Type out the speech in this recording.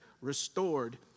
restored